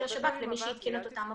השב"כ שלמי שהתקין את אותן האפליקציות.